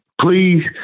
please